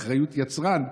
אחריות יצרן,